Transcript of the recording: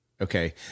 Okay